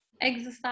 exercise